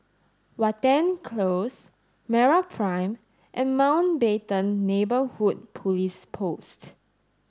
Watten Close MeraPrime and Mountbatten Neighbourhood Police Post